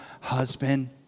husband